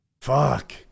fuck